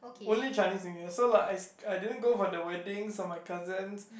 only Chinese New Year so like I I didn't go for the wedding so my cousin